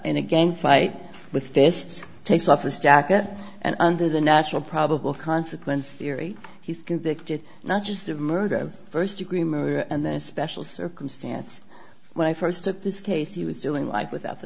and again fight with fists takes office jack and under the national probable consequence theory he's convicted not just of murder first degree murder and then a special circumstance when i first took this case he was doing life without the